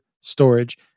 storage